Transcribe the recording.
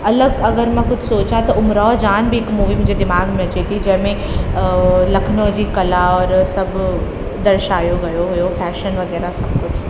अलॻि अगरि मां कुझु सोचां त उमरावजान बि मूवी मुंहिंजे दिमाग़ में अचे ती जेंमें लखनऊ जी कला औरि सभु दर्शायो वियो हुओ फैशन वग़ैरह सभु कुझु